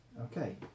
Okay